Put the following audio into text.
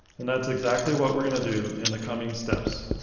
and that's exactly what we're going to do in the coming steps.